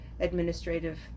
administrative